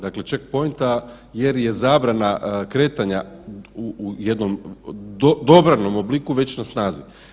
Dakle, sheckpointa jer je zabrana kretanja u jednom dobranom obliku već na snazi.